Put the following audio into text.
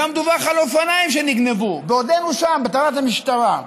גם דווח על אופניים שנגנבו בעודנו שם בתחנת המשטרה.